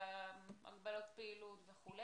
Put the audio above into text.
הגבלות פעילות וכו',